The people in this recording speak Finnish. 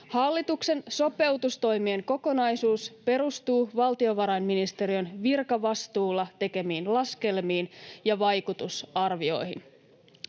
Hallituksen sopeutustoimien kokonaisuus perustuu valtiovarainministeriön virkavastuulla tekemiin laskelmiin ja vaikutusarvioihin.